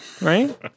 right